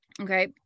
Okay